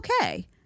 okay